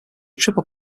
triple